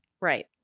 Right